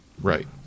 Right